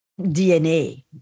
DNA